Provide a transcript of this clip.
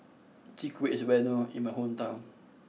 Chwee Kueh is well known in my hometown